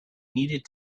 needed